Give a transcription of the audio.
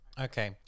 Okay